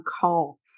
call